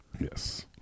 Yes